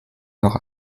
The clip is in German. noch